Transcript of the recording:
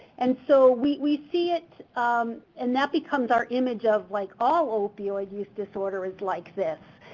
and so we see it um and that becomes our image of, like, all opioid use disorder is like this,